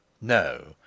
No—